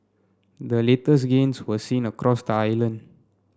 the latest gains were seen across the island